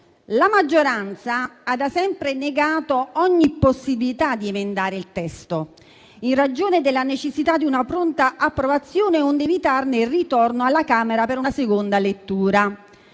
la maggioranza ha da sempre negato ogni possibilità di emendare il testo, in ragione della necessità di una sua pronta approvazione, onde evitarne il ritorno alla Camera per una seconda lettura.